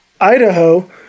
Idaho